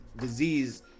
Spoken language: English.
disease